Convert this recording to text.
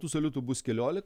tų saliutų bus keliolika